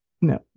no